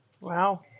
Wow